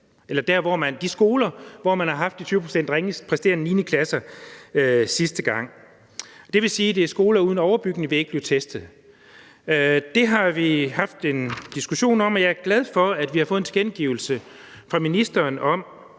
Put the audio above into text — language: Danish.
altså de skoler, hvor man har haft de 20 pct. ringest præsterende 9. klasser sidste gang. Det vil sige, at skoler uden overbygning ikke vil blive testet. Det har vi haft en diskussion om, og jeg er glad for, at vi har fået en tilkendegivelse fra ministeren om,